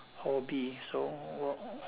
hobby so what